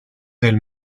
del